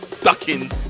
Ducking